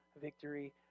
victory